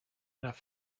enough